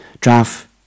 draft